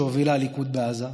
שהובילה הליכוד בעזה,